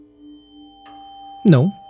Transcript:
No